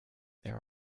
there